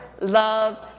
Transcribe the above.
love